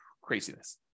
Craziness